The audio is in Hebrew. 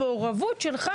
המעורבות שלך